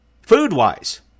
food-wise